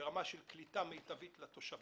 ברמה של קליטה מיטבית לתושבים,